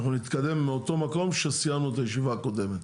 אנחנו נתקדם מאותו מקום שסיימנו את הישיבה הקודמת.